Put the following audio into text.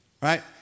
right